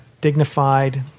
dignified